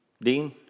Dean